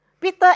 Peter